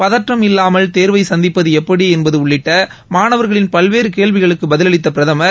பதற்றம் இல்லாமல் தேர்வை சந்திப்பது எப்படி என்பது உள்ளிட்ட மாணவர்களின் பல்வேறு கேள்விகளுக்கு பதிலளித்த பிரதமர்